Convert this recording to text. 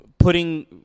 putting